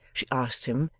she asked him,